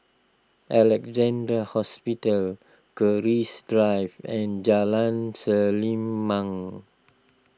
Alexandra Hospital Keris Drive and Jalan Selimang